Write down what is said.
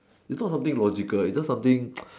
is not something logical is not something